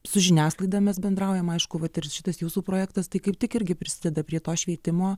su žiniasklaida mes bendraujam aišku vat ir šitas jūsų projektas tai kaip tik irgi prisideda prie to šveitimo